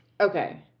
Okay